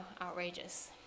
outrageous